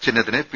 ചിഹ്നത്തിന് പി